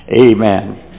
Amen